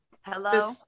Hello